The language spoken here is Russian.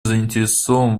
заинтересован